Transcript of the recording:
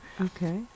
Okay